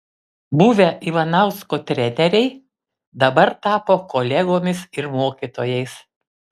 buvę ivanausko treneriai dabar tapo kolegomis ir mokytojais